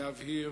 רוצה להבהיר